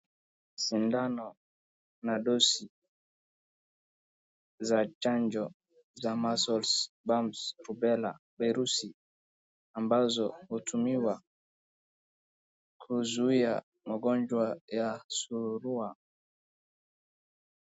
Sindano na dosi za chanjo za muscle bumps, rubela, virusi ambazo hutumiwa kuzuia magonjwa suruwa.